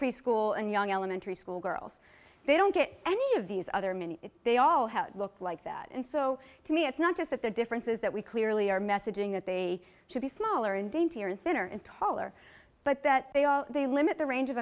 preschool and young elementary school girls they don't get any of these other many they all look like that and so to me it's not just that the difference is that we clearly are messaging that they should be smaller and dainty and center and taller but that they are they limit the range of